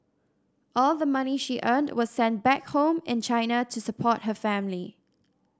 all the money she earned was sent back home in China to support her family